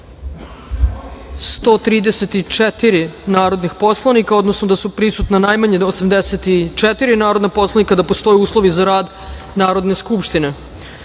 134 narodnih poslanika, odnosno da je prisutna najmanje 84 narodna poslanika, da postoje uslovi za rad Narodne